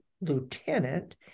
lieutenant